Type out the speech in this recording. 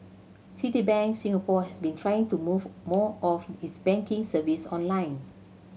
Citibank Singapore has been trying to move more of its banking service online